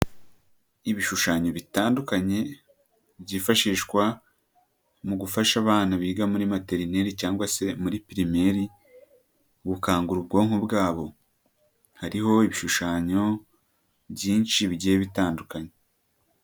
Ibishushanyo bitandukanye byifashishwa mu gufasha abana biga muri materineri cyangwa se muri pirimeri gukangura ubwonko bwabo, hariho ibishushanyo byinshi bigiye bitandukanye.